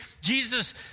Jesus